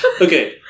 Okay